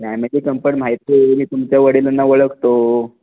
नाही म्हणजे कंप्लट माहिती आहे मी तुमच्या वडिलांना ओळखतो